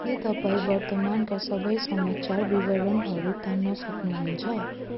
के तपाईँ वर्तमानका सबै समाचार विवरणहरू तान्न सक्नुहुन्छ